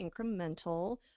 incremental